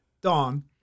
Dawn